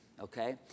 okay